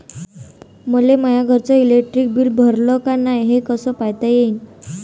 मले माया घरचं इलेक्ट्रिक बिल भरलं का नाय, हे कस पायता येईन?